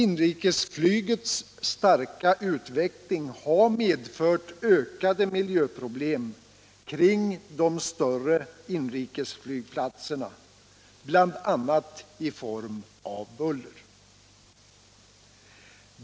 Inrikesflygets starka utveckling har medfört ökade miljöproblem kring de större inrikesflygplatserna, bl.a. i form av buller.